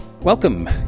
welcome